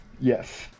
Yes